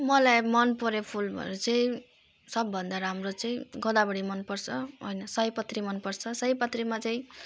मलाई मन पर्ने फुलहरू चाहिँ सबभन्दा राम्रो चाहिँ गोदावरी मन पर्छ हैन सयपत्री मन पर्छ सयपत्रीमा चाहिँ